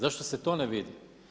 Zašto se to ne vidi?